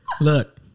Look